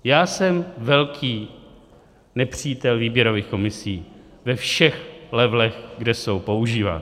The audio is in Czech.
Já jsem velký nepřítel výběrových komisí ve všech levelech, kde jsou používány.